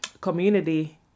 community